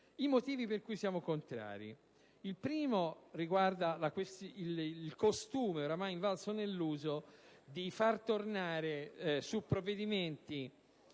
ai motivi per cui siamo contrari. Il primo riguarda il costume, ormai invalso, di tornare su provvedimenti